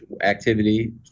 activity